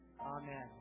Amen